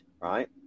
Right